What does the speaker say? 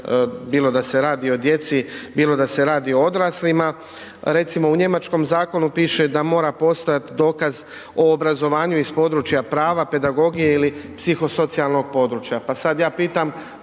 bilo da se radi o djeci, bilo da se radi o odraslima. Recimo u njemačkom zakonu piše da mora postojati dokaz o obrazovanju iz područja prava, pedagogije ili psihosocijalnog područja.